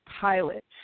pilot